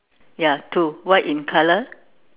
ya two white in colour